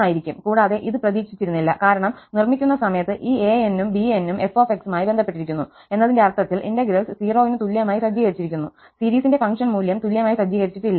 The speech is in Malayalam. കൂടാതെ ഇത് പ്രതീക്ഷിച്ചിരുന്നില്ല കാരണം നിർമ്മിക്കുന്ന സമയത്ത് ഈ an′s ഉം bn′s ഉം f മായി ബന്ധപ്പെട്ടിരിക്കുന്നു എന്നതിന്റെ അർത്ഥത്തിൽ ഇന്റഗ്രൽസ് 0 ന് തുല്യമായി സജ്ജീകരിച്ചിരിക്കുന്നു സീരീസിന്റെ ഫംഗ്ഷൻ മൂല്യം തുല്യമായി സജ്ജീകരിച്ചിട്ടില്ല